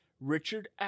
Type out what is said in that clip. Richard